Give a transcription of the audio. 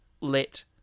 let